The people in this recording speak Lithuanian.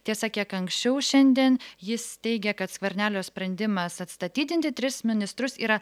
tiesa kiek anksčiau šiandien jis teigia kad skvernelio sprendimas atstatydinti tris ministrus yra